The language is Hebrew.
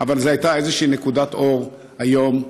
אבל זאת הייתה איזושהי נקודת אור היום בכנסת.